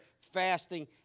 fasting